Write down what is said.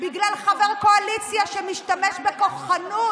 בגלל חבר קואליציה שמשתמש בכוחנות